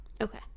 Okay